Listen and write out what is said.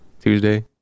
Tuesday